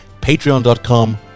Patreon.com